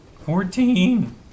Fourteen